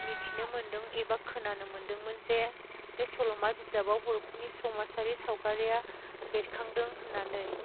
मिथिनो मोन्दों एबा खोनानो मोन्दोंमोन जे बे सल'मा बिजाबाव बर'फोरनि समाजआरि सावगारिया बेरखांदों होननानै